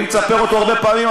אם תספר אותו הרבה פעמים,